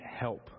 help